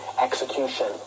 execution